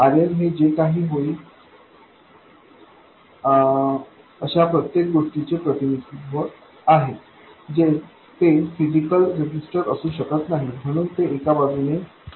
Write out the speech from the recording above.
RL हे जे काही होईल अशा प्रत्येक गोष्टीचे प्रतिनिधित्व आहे ते फिजिकल रेजिस्टर असू शकत नाही म्हणून ते एका बाजूने ग्राउंड केले आहे